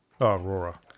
Aurora